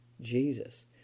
Jesus